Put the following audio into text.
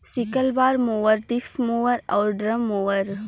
sickle bar mower, disc mower आउर drum mower